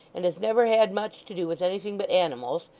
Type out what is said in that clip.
and has never had much to do with anything but animals,